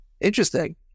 interesting